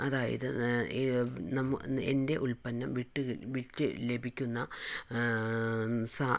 അതായത് എൻ്റെ ഉൽപ്പന്നം വിറ്റ് വിറ്റ് ലഭിക്കുന്ന സാ